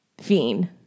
Fiend